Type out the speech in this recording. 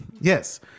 Yes